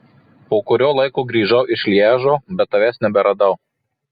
po kurio laiko grįžau iš lježo bet tavęs neberadau